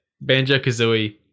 Banjo-Kazooie